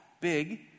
big